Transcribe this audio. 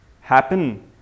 happen